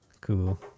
cool